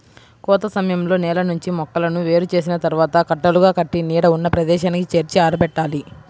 కోత సమయంలో నేల నుంచి మొక్కలను వేరు చేసిన తర్వాత కట్టలుగా కట్టి నీడ ఉన్న ప్రదేశానికి చేర్చి ఆరబెట్టాలి